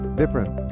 different